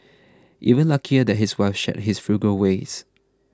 even luckier that his wife shared his frugal ways